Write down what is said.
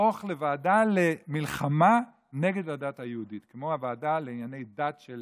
תהפוך לוועדה למלחמה נגד הדת היהודית כמו הוועדה לענייני דת של